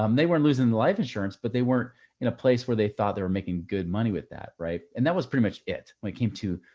um they weren't losing the life insurance, but they weren't in a place where they thought they were making good money with that. right? and that was pretty much it when it came to,